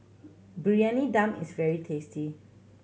Briyani Dum is very tasty